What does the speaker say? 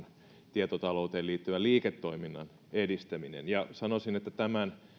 tietotalouteen liittyvän liiketoiminnan edistäminen sanoisin että tämän